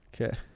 Okay